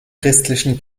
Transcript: christlichen